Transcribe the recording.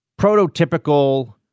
prototypical